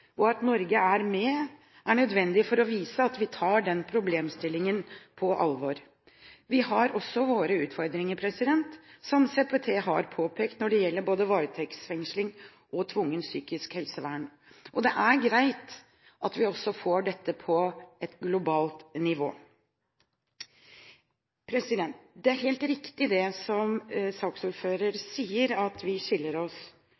og at Norge er med, er nødvendig for å vise at vi tar denne problemstillingen på alvor. Vi har også våre utfordringer, som CPT har påpekt, når det gjelder både varetektsfengsling og tvungent psykisk helsevern. Det er greit at vi også får dette opp på et globalt nivå. Det er helt riktig som saksordføreren sier, at vi skiller oss